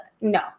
No